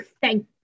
thank